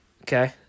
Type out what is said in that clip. Okay